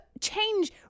change